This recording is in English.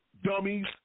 dummies